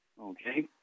okay